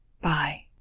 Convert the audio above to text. Bye